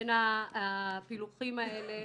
בין הפילוחים האלה